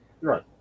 Right